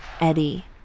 Eddie